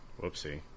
Whoopsie